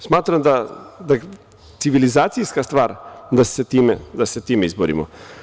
Smatram da je civilizacijska stvar da se sa time izborimo.